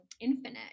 infinite